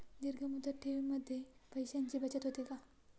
दीर्घ मुदत ठेवीमध्ये पैशांची बचत होते का?